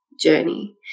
journey